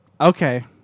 Okay